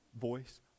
voice